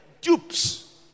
Dupes